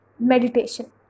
meditation